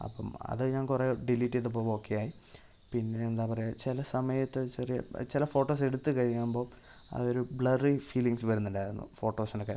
അപ്പം അത് ഞാൻ കുറേ ഡിലീറ്റ് ചെയ്തപ്പോൾ ഓക്കേ ആയി പിന്നെ എന്താ പറയുക ചില സമയത്ത് ചെറിയ ചില ഫോട്ടോസ് എടുത്തുകഴിയുമ്പം അതൊരു ബ്ലറി ഫീലിങ്ങ്സ് വരുന്നുണ്ടായിരുന്നു ഫോട്ടോസിനൊക്കെ